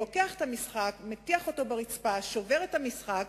לוקח את המשחק, מטיח אותו ברצפה, שובר את המשחק,